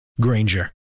Granger